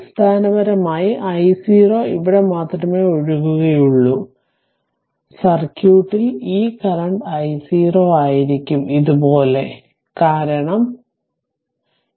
അടിസ്ഥാനപരമായി i0 ഇവിടെ മാത്രമേ ഒഴുകുകയുള്ളൂ അതിനാൽ സർക്യൂട്ട് ൽ ഈ കറന്റ് i0 ആയിരിക്കും ഇത് പോലെ കാരണം ഇതും ഇതായിരിക്കില്ല